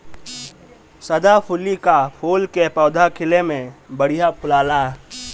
सदाफुली कअ फूल के पौधा खिले में बढ़िया फुलाला